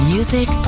Music